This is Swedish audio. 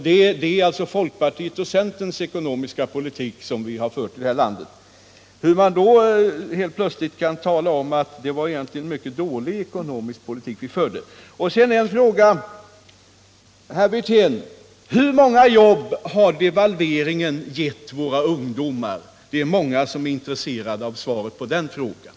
Det var alltså folkpartiets och centerns ekonomiska politik som vi hade fört i det här landet. Hur kan man sedan helt plötsligt börja tala om att det egentligen var en mycket dålig ekonomisk politik som vi förde? Sedan en fråga, herr Wirtén: Hur många jobb har devalveringen gett våra ungdomar? Det är många som är intresserade av svaret på den frågan.